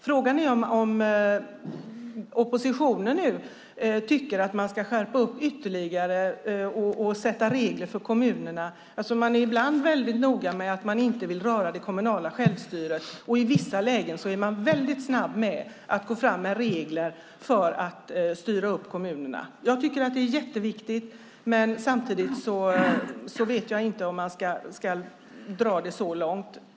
Frågan är om oppositionen nu tycker att man ska göra ytterligare skärpningar och sätta regler för kommunerna. Man är ibland väldigt noga med att man inte vill röra det kommunala självstyret, men i vissa lägen är man väldigt snabb med att gå fram med regler för att styra upp kommunerna. Jag tycker att det här är jätteviktigt. Samtidigt vet jag inte om man ska dra det så långt.